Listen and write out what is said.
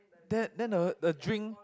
that then the the drink